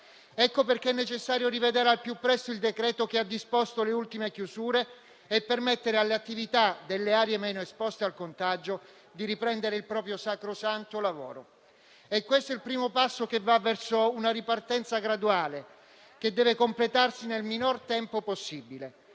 Per questo è necessario rivedere al più presto il decreto-legge che ha disposto le ultime chiusure e permettere alle attività delle aree meno esposte al contagio di riprendere il proprio sacrosanto lavoro. È questo il primo passo che va verso una ripartenza graduale, che deve completarsi nel minor tempo possibile.